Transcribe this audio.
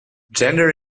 gender